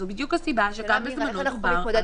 זו בדיוק הסיבה שגם בזמנו דובר על --- השאלה,